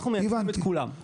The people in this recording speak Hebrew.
אנחנו מייצגים את כולם.